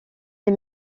des